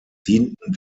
dienten